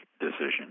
decision